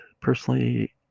personally